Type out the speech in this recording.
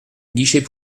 guichet